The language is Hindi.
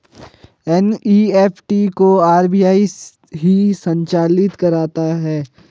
एन.ई.एफ.टी को आर.बी.आई ही संचालित करता है